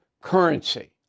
currency